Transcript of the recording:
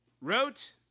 Wrote